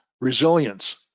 Resilience